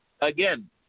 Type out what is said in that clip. again